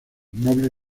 noble